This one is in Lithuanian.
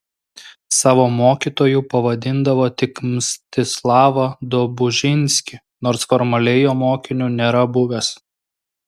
savo mokytoju pavadindavo tik mstislavą dobužinskį nors formaliai jo mokiniu nėra buvęs